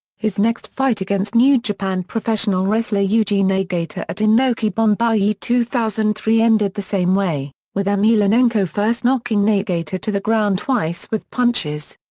his next fight against new japan professional wrestler yuji nagata at inoki bom-ba-ye two thousand and three ended the same way, with emelianenko first knocking nagata to the ground twice with punches.